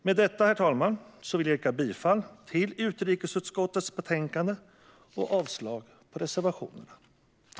Med detta, herr talman, vill jag yrka bifall till utrikesutskottets förslag i betänkandet och avslag på reservationerna.